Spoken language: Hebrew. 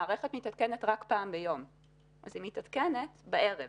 המערכת מתעדכנת רק פעם ביום כך שהיא מתעדכנת בערב,